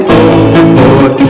overboard